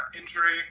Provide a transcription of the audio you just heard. injury